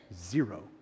Zero